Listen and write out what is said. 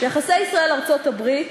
יחסי ישראל ארצות-הברית